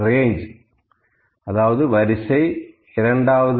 range வரிசை 2